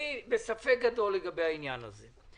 אני בספק גדול לגבי העניין הזה.